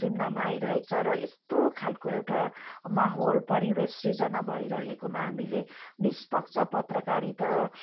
सुन्नमा आइरहेको छ र यस्तो खालको एउटा माहौल परिवेश सृजना भइरहेकोमा हामीले निष्पक्ष पत्रकारिता